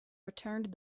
returned